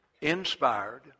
inspired